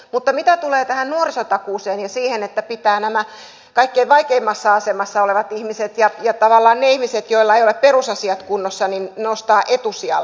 mutta mitä tulee tähän nuorisotakuuseen ja siihen että pitää nämä kaikkein vaikeimmassa asemassa olevat ihmiset ja tavallaan ne ihmiset joilla ei ole perusasiat kunnossa nostaa etusijalle